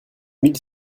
mille